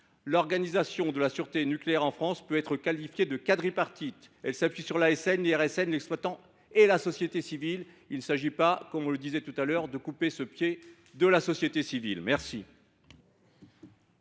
l’organisation de la sûreté nucléaire en France peut être qualifiée de quadripartite : elle s’appuie sur l’ASN, l’IRSN, l’exploitant et la société civile. Il s’agit, comme on le disait tout à l’heure, de ne pas couper ce pied de la société civile !